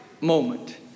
moment